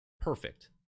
perfect